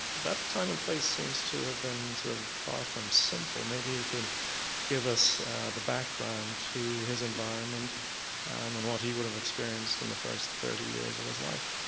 that time and place seems to have been sort of far from simple. maybe you could give us the background to his environment and what he would have experienced in the first thirty years of his life.